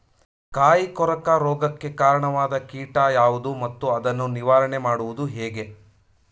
ಕಾಯಿ ಕೊರಕ ರೋಗಕ್ಕೆ ಕಾರಣವಾದ ಕೀಟ ಯಾವುದು ಮತ್ತು ಅದನ್ನು ನಿವಾರಣೆ ಮಾಡುವುದು ಹೇಗೆ?